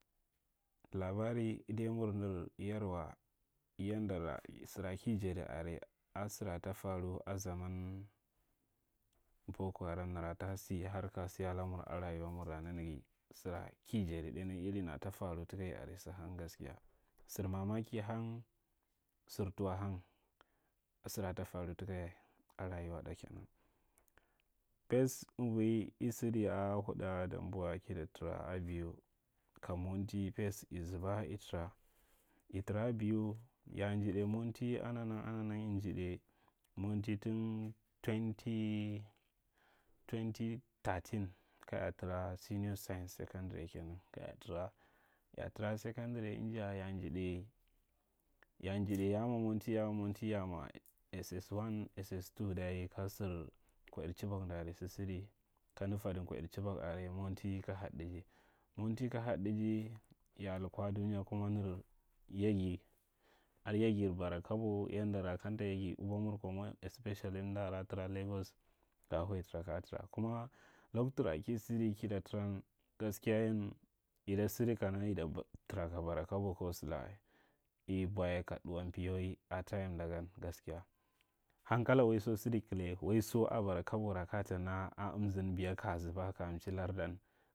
Labarir adaiyamur mi yarwa yandara sara ka jadi are, a sara ta faru a zaman book haram, nara ta sa hark a sa a rayuwamur nanaga, sara ka jada ɗainya irin nara ta faru taka ya are sa hang gaskiya. Sar mamaki hang, sar tuwa hang, sara ta faru taka ya, a rayuwaɗa ke nan. Fes amvui ka sada a huɗa damboa ka ta tara a biu ka monti, fes i zuba i tara, i tara a biu ya a njaɗai monti, ana- nan- ana- nan injadai monti tan twenty twenty thirteen kaya tara a senior science secondary kenan. Kaya tara, ya a tara secondary anja ya a njadai, ya a mwa monti, ya a monti, ya a mwa ssi, ssii dayi ka sar kwa’ir kibak nda are sa sada, kamda tadi kwa’ir kibak are, monti ka hadaji monti ka hodair ya a lukwa dunya kuma nir yaga. Ada yagir bada kabo yanda kamta yaga. Ubwamur kwa more especially amda are a tara lagos ka huyatara, ka tara kuma loktura ka sada kata taran gaskiyan yan ada sada kana ita tara ka bara kabo isa sala wa. I boa ka ɗuwa piyawai i tayimda gan gaskiya. Hankala waiso sada kaɗlal waiso a bara kabora kaja ta naka amzan kaya zuba kaya mchi lardan.